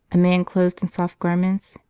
a man clothed in soft garments?